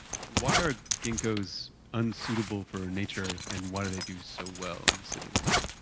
why are ginkgos unsuitable for nature, and why do they do so well in cities?